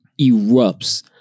erupts